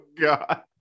God